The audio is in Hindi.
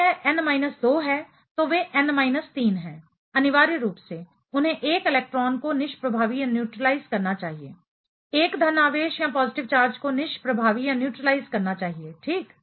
यदि यह n माइनस 2 है तो वे n माइनस 3 हैं अनिवार्य रूप से उन्हें 1 इलेक्ट्रॉन को निष्प्रभावी न्यूट्रीलाइज करना चाहिए 1 धन आवेश पॉजिटिव चार्ज को निष्प्रभावी न्यूट्रीलाइज करना चाहिए ठीक